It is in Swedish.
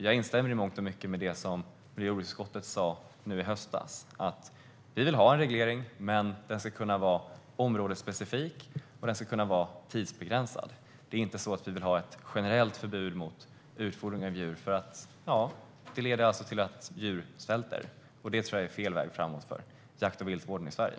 Jag instämmer i mångt och mycket med det som miljö och jordbruksutskottet sa i höstas. Vi vill ha en reglering, men den ska kunna vara områdesspecifik och tidsbegränsad. Vi vill inte ha ett generellt förbud mot utfodring av djur eftersom det kan leda till att djur svälter, och det vore fel väg framåt för jakten och viltvården i Sverige.